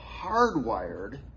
hardwired